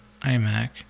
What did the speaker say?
imac